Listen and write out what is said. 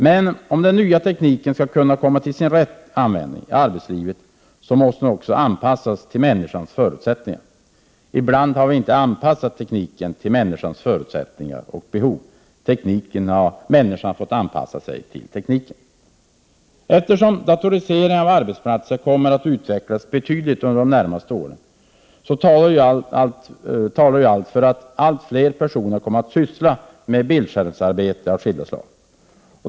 Men om den nya tekniken skall kunna komma till rätt användning i arbetslivet måste den anpassas till människans förutsättningar. Ibland har vi inte anpassat tekniken till människans förutsättningar och behov. Människan har fått anpassa sig till tekniken. Eftersom datoriseringen av arbetsplatserna kommer att utvecklas betydligt under de närmaste åren talar allt för att allt fler personer kommer att syssla med bildskärmsarbete av skilda slag.